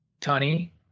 Tunny